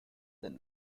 than